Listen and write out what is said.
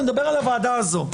אני מדבר על הוועדה הזו.